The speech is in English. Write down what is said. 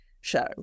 show